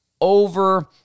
over